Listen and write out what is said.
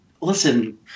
Listen